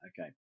Okay